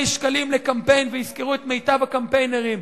שקלים לקמפיין וישכרו את מיטב הקמפיינרים.